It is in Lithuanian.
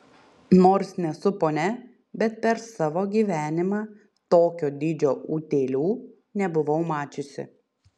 nors nesu ponia bet per savo gyvenimą tokio dydžio utėlių nebuvau mačiusi